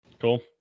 Cool